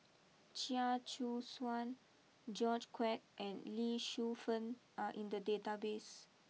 Chia Choo Suan George Quek and Lee Shu Fen are in the database